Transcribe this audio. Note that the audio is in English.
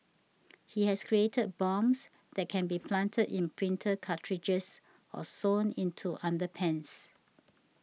he has created bombs that can be planted in printer cartridges or sewn into underpants